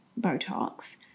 Botox